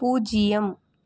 பூஜ்ஜியம்